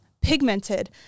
pigmented